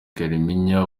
kalimpinya